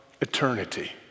eternity